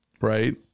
right